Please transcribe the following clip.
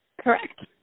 correct